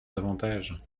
davantage